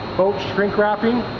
boat shrink wrapping